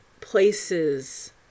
places